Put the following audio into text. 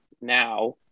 now